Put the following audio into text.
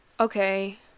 okay